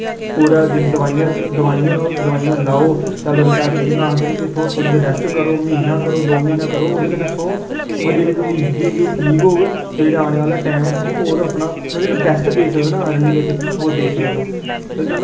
पूरा जेह्ड़ी दवाइयां न दवाइयां लाओ ते अगर डॉक्टर जि'यां आखदे न थोह्ड़ी देर रेस्ट करो म्हीना करो दो महीना करो ओह्दे कन्नै सग्गों जेह्ड़ी तुं'दी इंजरी होई दी ओह् ठीक होग ते जेह्ड़े तुं'दे आने आह्ला टैम तुस होर अपना मतलब जेह्ड़ा बेस्ट देई सकदे अर्निंग बिच तुस देई सकदे ओ